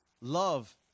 love